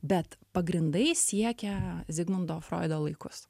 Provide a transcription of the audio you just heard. bet pagrindai siekia zigmundo froido laikus